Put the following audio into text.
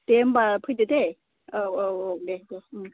दे होमबा फैदो दे औ औ औ दे दे